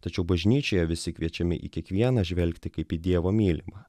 tačiau bažnyčioje visi kviečiami į kiekvieną žvelgti kaip į dievo mylimą